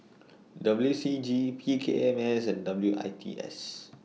W C G P K M S and W I T S